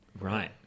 Right